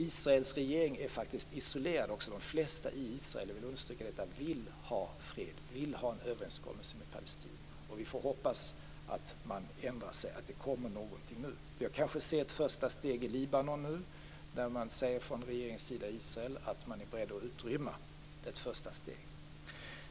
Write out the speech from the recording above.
Israels regering är faktiskt isolerad. Jag vill understryka att de flesta i Israel vill ha fred och en överenskommelse med Palestina. Vi får hoppas att man ändrar sig och att det händer någonting nu. Vi kanske nu ser ett första steg i Libanon, som man från den israeliska regeringens sida säger att man är beredd att utrymma.